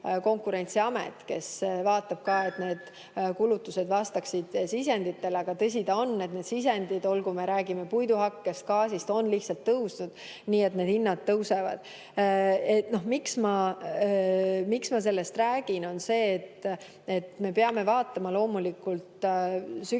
Konkurentsiamet, kes vaatab ka, et need kulutused vastaksid sisenditele, aga tõsi ta on, et need sisendid, kui me räägime puiduhakkest või gaasist, on lihtsalt tõusnud. Nii et need hinnad tõusevad. Miks ma sellest räägin, on see, et me peame vaatama loomulikult sügisesse,